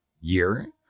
year